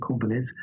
companies